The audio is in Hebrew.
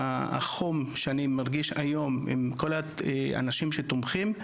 החום שאני מרגיש היום עם כל האנשים שתומכים,